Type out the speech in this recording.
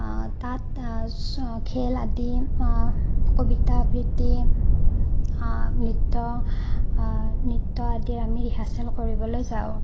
তাত খেল আদি কবিতা আবৃত্তি নৃত্য নৃত্য আদি আমি ৰিহাচেল কৰিবলৈ যাওঁ